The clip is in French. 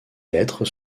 lettres